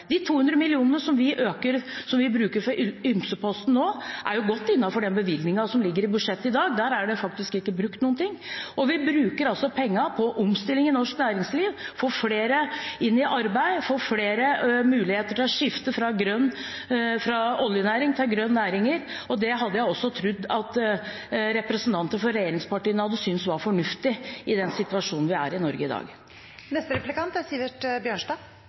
De 200 millionene som vi bruker fra ymseposten nå, er jo godt innenfor den bevilgningen som ligger i budsjettet i dag. Der er det faktisk ikke brukt noen ting. Og vi bruker altså pengene på omstilling i norsk næringsliv, på å få flere inn i arbeid, få flere muligheter til å skifte fra oljenæring til grønne næringer. Det hadde jeg trodd at også representanter fra regjeringspartiene hadde syntes var fornuftig i den situasjonen vi er i i Norge i dag.